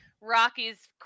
Rockies